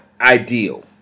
ideal